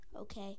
Okay